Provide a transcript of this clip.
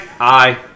Aye